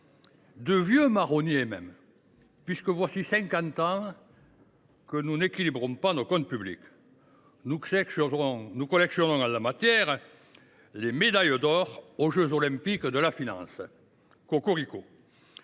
de vieux marronniers, même, puisque voilà cinquante ans que nous n’équilibrons pas nos comptes publics. Nous collectionnons, en la matière, les médailles d’or aux jeux Olympiques de la finance. Cocorico !